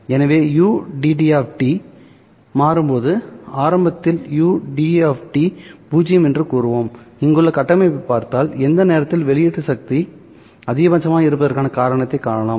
எனவே ud மாறும்போது ஆரம்பத்தில் ud பூஜ்ஜியம் என்று கூறுவோம் இங்குள்ள கட்டமைப்பைப் பார்த்தால் எந்த நேரத்தில் வெளியீட்டு சக்தி அதிகபட்சமாக இருப்பதற்கான காரணத்தைக் காணலாம்